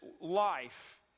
life